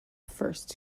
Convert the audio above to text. first